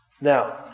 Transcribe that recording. Now